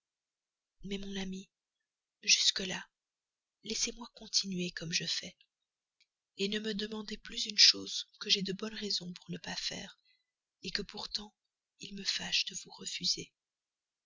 mais mon ami jusque-là laissez-moi continuer comme je fais ne me demandez plus une chose que j'ai de bonnes raisons pour ne pas faire que pourtant il me fâche de vous refuser